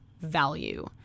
value